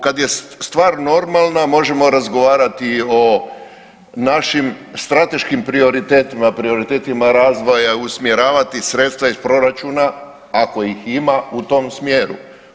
Kad je stvar normalna možemo razgovarati o našim strateškim prioritetima, prioritetima razvoja, usmjeravati sredstva iz proračuna ako ih ima u tom smjeru.